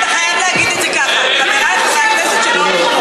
אתה חייב להגיד את זה ככה: חברי חברי הכנסת שלא הודחו.